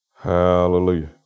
Hallelujah